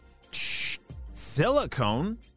Silicone